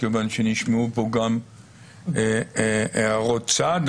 נשמעו פה שתי הערות צד,